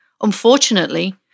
Unfortunately